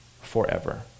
forever